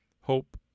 hope